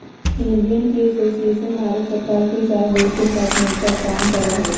Indian tea association Bharat सरकार के चाय बोर्ड के साथ मिलकर काम करा हई